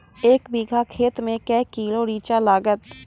एक बीघा खेत मे के किलो रिचा लागत?